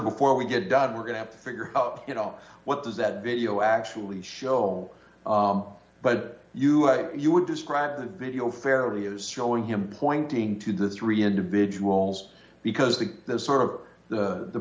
before we get done we're going to have to figure out you know what does that video actually show but you had you would describe the video fairly use showing him pointing to the three individuals because the those sort of the